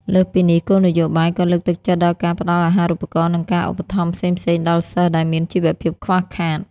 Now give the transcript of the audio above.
លើសពីនេះ គោលនយោបាយក៏លើកទឹកចិត្តដល់ការផ្តល់អាហារូបករណ៍ និងការឧបត្ថម្ភផ្សេងៗដល់សិស្សដែលមានជីវភាពខ្វះខាត។